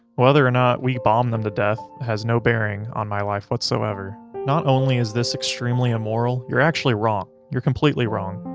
whether or not we bomb them to death has no bearing on my life whatsoever. not only is this extremely immoral, you're actually wrong, you're completely wrong,